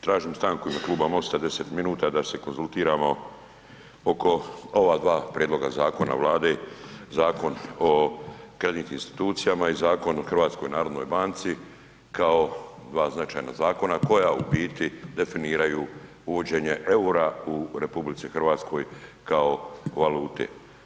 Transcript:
Tražim stanku u ime kluba MOST-a 10 minuta da se konzultiramo oko ova dva prijedloga zakona Vlade, Zakon o kreditnim institucijama i Zakon o HNB-u kao dva značajna zakona koja u biti definiraju uvođenje eura u RH kao valute.